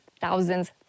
thousands